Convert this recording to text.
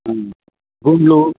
గుండ్లు